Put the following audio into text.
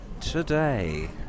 today